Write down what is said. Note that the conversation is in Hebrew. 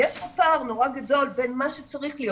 יש פה פער נורא גדול בין מה שצריך להיות